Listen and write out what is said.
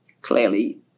clearly